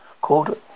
called